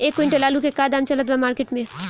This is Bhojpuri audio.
एक क्विंटल आलू के का दाम चलत बा मार्केट मे?